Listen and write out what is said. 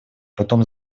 потом